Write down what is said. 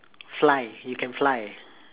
fly you can fly